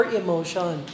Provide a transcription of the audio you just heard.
emotion